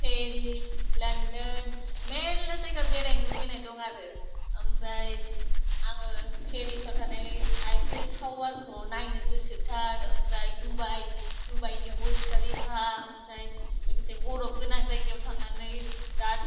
Paris London मेरला जायगा बेरायनो लुबैनाय दं आरो ओमफ्राय आङो पेरिसाव थानाय आइपिल टावारखौ नायनो गोसो थार ओमफ्राय डुबाइ दुबाइनि भुरस कालिफा ओमफ्राय लोगोसे बरफ गोनां जायगायाव थांनानै बिराद